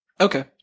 Okay